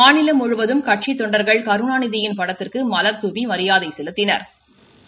மாநிலம் முழுவதும் கட்சித் தொண்டாகள் கருணாநிதியின் படத்திற்கு மலாதுவி மரியாதை செலுத்தினா்